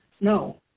No